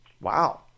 Wow